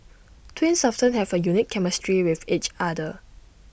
twins often have A unique chemistry with each other